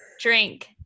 drink